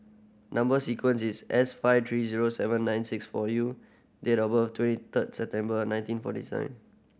number sequence is S five three zero seven nine six four U date of birth twenty third September nineteen forty seven